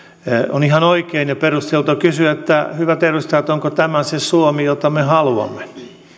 on ihan oikein ja perusteltua kysyä hyvät edustajat onko tämä se suomi jota me haluamme